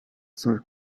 sans